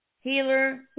Healer